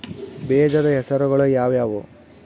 ಬೇಜದ ಹೆಸರುಗಳು ಯಾವ್ಯಾವು?